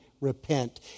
repent